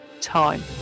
time